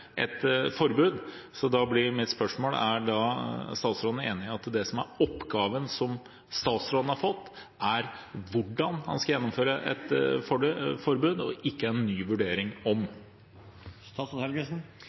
et forbud. Mitt spørsmål blir da: Er statsråden enig i at det som er oppgaven som statsråden har fått, er hvordan han skal gjennomføre et forbud, og ikke en ny vurdering om